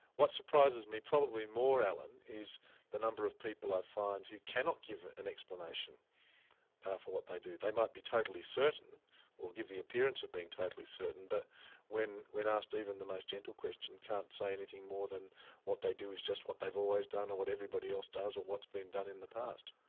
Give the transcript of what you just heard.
what surprises me probably more alan, is the number of people i find who cannot give an explanation for what they do. they might be totally certain or give the appearance of being totally certain, but when when asked even the most gentle question, can't say anything more than what they do is just what they've always done, or what everybody else does, or what's been done in the past.